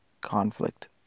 conflict